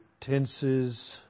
tenses